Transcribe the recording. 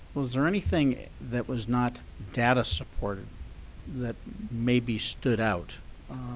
was there anything that was not data supported that maybe stood out,